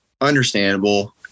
understandable